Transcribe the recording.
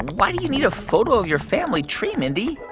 why do you need a photo of your family tree, mindy?